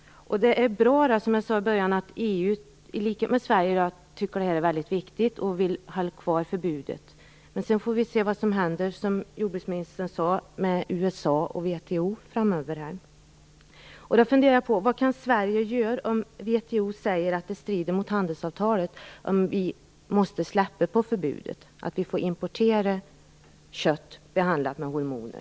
Det är bra att EU i likhet med Sverige tycker att detta är väldigt viktigt och vill ha kvar förbudet. Sedan får vi se vad som händer, som jordbruksministern sade, med USA och WTO framöver. Vad kan Sverige göra om WTO säger att förbudet strider mot handelsavtalet, att vi måste släppa på det och att vi skall tillåta import av kött behandlat med hormoner?